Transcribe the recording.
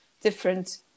different